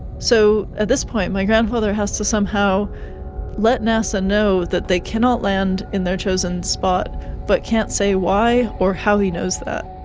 so at this point my grandfather has to somehow let nasa know that they cannot land in their chosen spot but can't say why or how he knows that.